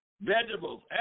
vegetables